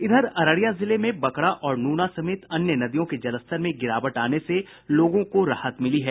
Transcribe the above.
इधर अररिया जिले के बकरा और नूना समेत अन्य नदियों के जलस्तर में गिरावट आने से लोगों को राहत मिली है